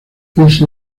ese